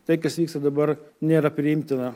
tai kas vyksta dabar nėra priimtina